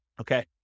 Okay